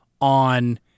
on